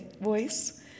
voice